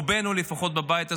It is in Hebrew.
רובנו לפחות בבית הזה,